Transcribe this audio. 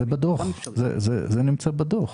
זה בדוח, זה נמצא בדוח.